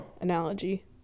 analogy